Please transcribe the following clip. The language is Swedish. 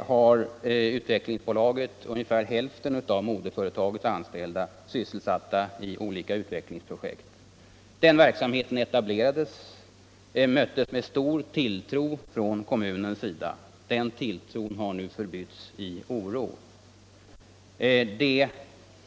har Utvecklingsbolaget ungefär hälften av moderföretagets anställda, sysselsatta i olika utvecklingsprojekt. När den verksamheten etablerades möttes den med stor tilltro från kommunens sida, men tilltron har nu förbytts i oro.